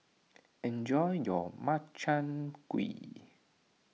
enjoy your Makchang Gui